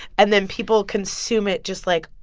and then people consume it just, like,